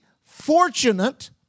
fortunate